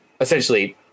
essentially